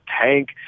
tank